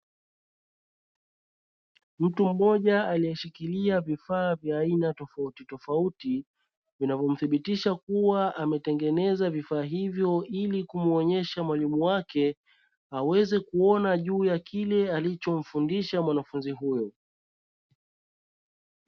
Mtu mmoja aliyeshikilia vifaa vya aina tofauti tofauti; vinavyomthibitisha kuwa ametengeneza vifaa hivyo ili kumuonyesha mwalimu wake, aweze kuona juu ya kile alichomfundisha mwanafunzi huyo.